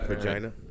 Vagina